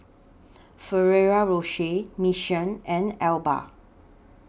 Ferrero Rocher Mission and Alba